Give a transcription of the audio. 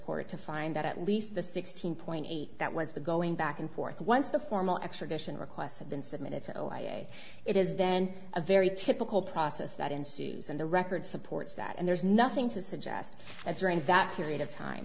court to find that at least the sixteen point eight that was the going back and forth once the formal extradition requests have been submitted so i it is then a very typical process that ensues and the record supports that and there is nothing to suggest that during that period of time